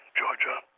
georgia,